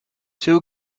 two